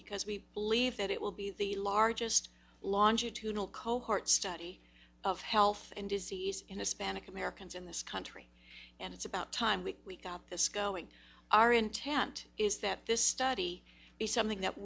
because we believe that it will be the largest launcher to know cohort study of health and disease in a span of americans in this country and it's about time we got this going our intent is that this study is something that